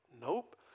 Nope